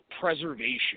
preservation